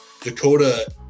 Dakota